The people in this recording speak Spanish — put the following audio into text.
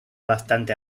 bastante